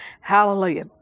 Hallelujah